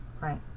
Right